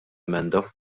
emenda